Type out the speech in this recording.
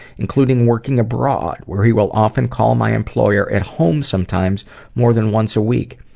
including working abroad, where he will often call my employer at home sometimes more than once a week,